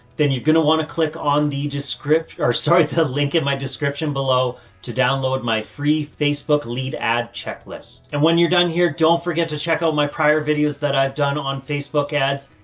then you're going to want to click on the description, or sorry, the link in my description below to download my free facebook lead ad checklist. and when you're done here, don't forget to check out my prior videos that i've done on facebook ads.